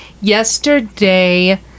Yesterday